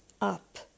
up